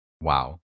Wow